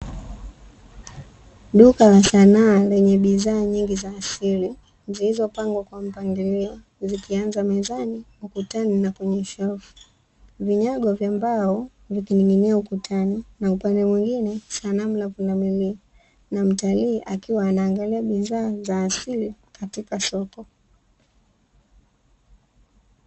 Duka la sanaa lenye bidhaa nyingi za asili, zilizopangwa kwa mpangilio, zikianza mezani ,ukutani na kwenye shelfu, vinyago vya mbao vikinig'inia ukutani na upande mwingine sanamu ya pundamilia, na mtalii akiwa anaangalia bidhaa za asili katika soko.